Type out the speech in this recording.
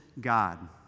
God